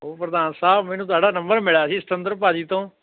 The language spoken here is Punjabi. ਉਹ ਪ੍ਰਧਾਨ ਸਾਹਿਬ ਮੈਨੂੰ ਤੁਹਾਡਾ ਨੰਬਰ ਮਿਲਿਆ ਸੀ ਸਤਿੰਦਰ ਭਾਜੀ ਤੋਂ